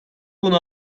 bunu